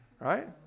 right